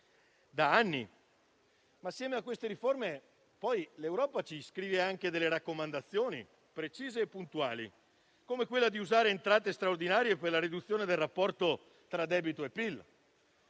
da anni. Assieme ad esse, poi, l'Europa ci scrive anche raccomandazioni precise e puntuali, come quella di usare entrate straordinarie per la riduzione del rapporto tra debito e PIL.